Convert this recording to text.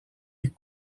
les